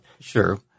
Sure